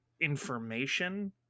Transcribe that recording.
information